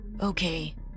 okay